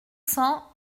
cents